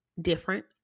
different